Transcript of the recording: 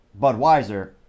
Budweiser